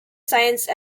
science